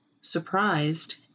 surprised